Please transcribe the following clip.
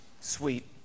Sweet